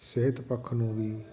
ਸਿਹਤ ਪੱਖ ਨੂੰ ਵੀ